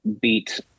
beat